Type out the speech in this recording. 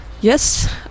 Yes